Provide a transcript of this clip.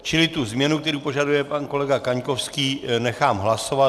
Čili změnu, kterou požaduje pan kolega Kaňkovský, nechám hlasovat.